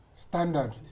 standard